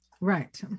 Right